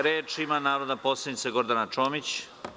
Reč ima narodna poslanica Gordana Čomić.